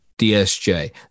DSJ